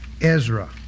Ezra